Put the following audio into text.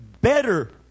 better